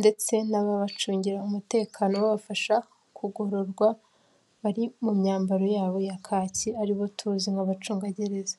ndetse n'ababacungira umutekano babafasha kugororwa, bari mu myambaro yabo ya kaki aribo tuzi nk'abacunga gereza.